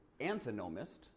Antinomist